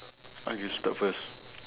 ah you start first